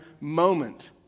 moment